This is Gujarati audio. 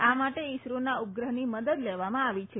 આ માટે ઈસરોના ઉપગ્રહની મદદ લેવામાં આવી છે